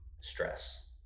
stress